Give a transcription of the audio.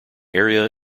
area